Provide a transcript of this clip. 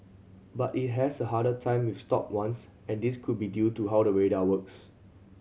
but it has a harder time with stopped ones and this could be due to how the radar works